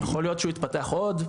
יכול להיות שהוא יתפתח עוד,